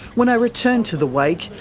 when i return to the wake,